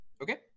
okay